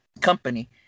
company